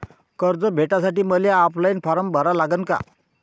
कर्ज भेटासाठी मले ऑफलाईन फारम भरा लागन का?